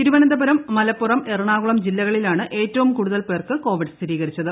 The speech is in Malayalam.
തിരുവനന്തപുരം മലപ്പുറം എറണാകുളം ജില്ലകളിലാണ് ഏറ്റവും കൂടുതൽ പേർക്ക് കോവിഡ് സ്ഥിരീകരിച്ചത്